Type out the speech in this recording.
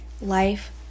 life